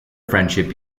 friendship